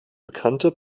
bekannte